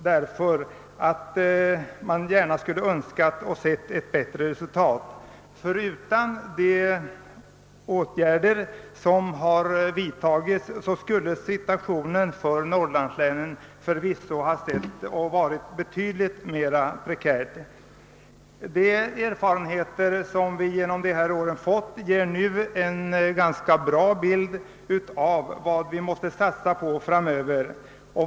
därför att man gärna skulle ha önskat se bättre resultat. Förutan de under dessa år vidtagna åtgärderna skulle situationen för norrlandslänen förvisso varit betydligt mera prekär. De erfarenheter som vi fått under de gångna åren ger en ganska bra bild av vad vi måste satsa på framöver.